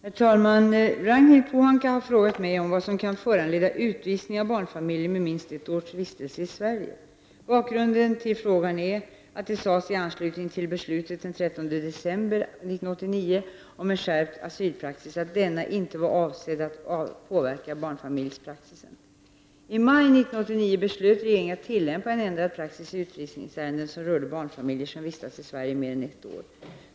Herr talman! Ragnhild Pohanka har frågat mig vad som kan föranleda utvisning av barnfamiljer med minst ett års vistelse i Sverige. Bakgrunden till frågan är att det sades i anslutning till beslutet den 13 december 1989 om en skärpt asylpraxis att denna inte var avsedd att påverka barnfamiljspraxisen. den som rörde barnfamiljer som vistats i Sverige mer än ett år.